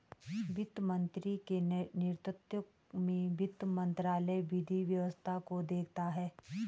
वित्त मंत्री के नेतृत्व में वित्त मंत्रालय विधि व्यवस्था को देखता है